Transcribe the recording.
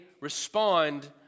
respond